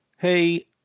Hey